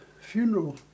funeral